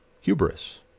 hubris